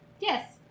Yes